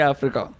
Africa